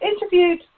interviewed